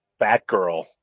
Batgirl